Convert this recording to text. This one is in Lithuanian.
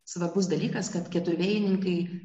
svarbus dalykas kad keturvėjininkai